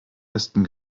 besten